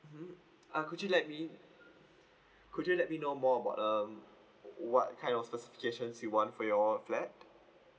mmhmm uh could you let me could you let me know more about um what kind of specifications you want for your flat